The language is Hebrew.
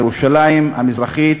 ירושלים המזרחית,